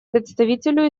представителю